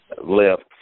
left